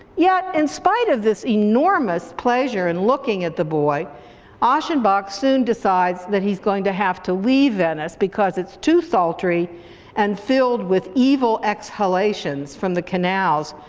yet in spite of this enormous pleasure in looking at the boy aschenbach soon decides that he's going to have to leave venice because it's too sultry and filled with evil exhalations from the canals,